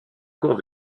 cours